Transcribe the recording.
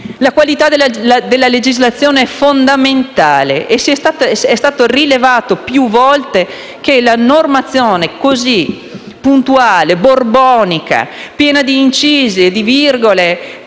La qualità della legislazione è fondamentale ed è stato rilevato più volte che la normazione così puntuale, borbonica, piena di incisi e di virgole